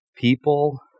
people